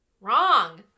wrong